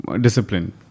discipline